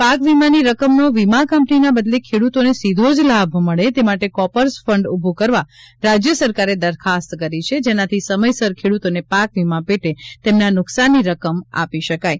પાક વીમાની રકમનો વીમા કંપનીના બદલે ખેડૂતોને સીધો જ લાભ મળે તે માટે કોપર્સ ફંડ ઉભુ કરવા રાજ્ય સરકારે દરખાસ્ત કરી છે જેનાથી સમયસર ખેડૂતોને પાક વીમા પેટે તેમના નુકસાનની રકમ આપી શકાય છે